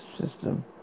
system